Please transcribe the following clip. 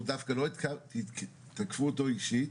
דווקא לא תקפו אותו אישית,